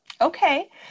Okay